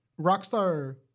Rockstar